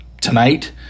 tonight